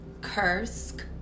Kursk